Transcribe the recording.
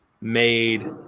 made